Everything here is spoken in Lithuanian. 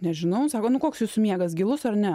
nežinau sako nu koks jūsų miegas gilus ar ne